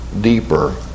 deeper